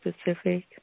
Specific